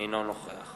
אינו נוכח